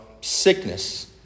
sickness